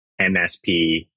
MSP